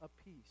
apiece